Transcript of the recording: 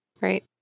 Right